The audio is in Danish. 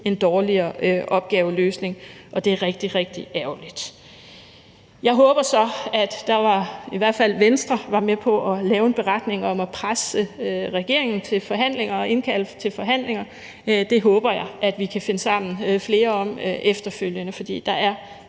en dårligere opgaveløsning, og det er rigtig, rigtig ærgerligt. I hvert fald Venstre var med på at lave en beretning om at presse regeringen til at indkalde til forhandlinger, og det håber jeg vi er flere der kan finde sammen om efterfølgende, for der er